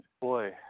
Boy